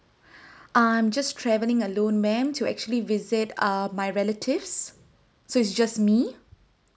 I'm just travelling alone ma'am to actually visit uh my relatives so it's just me